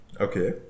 Okay